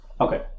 Okay